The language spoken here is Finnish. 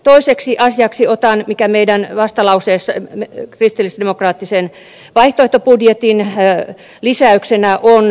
toiseksi asiaksi otan sen mikä on kristillisdemokraattisen vaihtoehtobudjetin lisäyksenä joukkoliikenteeseen